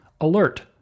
Alert